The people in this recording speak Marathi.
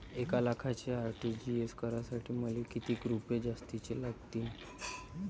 एक लाखाचे आर.टी.जी.एस करासाठी मले कितीक रुपये जास्तीचे लागतीनं?